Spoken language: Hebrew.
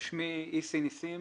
שמי איסי נסים,